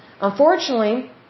Unfortunately